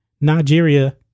Nigeria